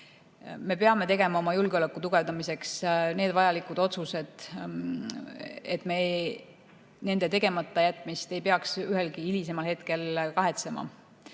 Me peame tegema oma julgeoleku tugevdamiseks need vajalikud otsused, et me nende tegematajätmist ei peaks ühelgi hilisemal hetkel kahetsema.